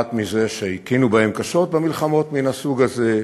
נובעת מזה שהכינו בהם קשות במלחמות מן הסוג הזה,